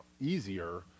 easier